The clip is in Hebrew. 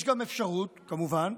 יש גם אפשרות, כמובן,